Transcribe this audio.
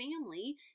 family